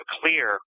clear